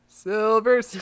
Silver